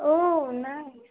ઓ nice